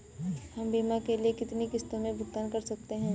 हम बीमा के लिए कितनी किश्तों में भुगतान कर सकते हैं?